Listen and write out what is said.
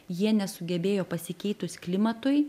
jie nesugebėjo pasikeitus klimatui